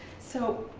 so,